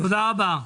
תודה רבה.